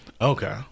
Okay